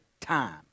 time